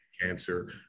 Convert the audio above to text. cancer